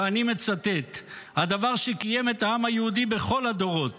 ואני מצטט: "הדבר שקיים את העם היהודי בכל הדורות